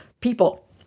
people